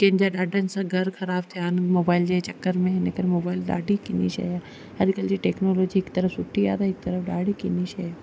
कंहिं जा ॾाढनि सां घरु ख़राबु थिया आहिनि मोबाइल जे चकर में इनकरे मोबाइल ॾाढी किनी शइ आहे अॼुकल्ह जी टेक्नोलॉजी हिक तर्फ़ु सुठी आहे त हिक तर्फ़ु ॾाढी किनी शइ आहे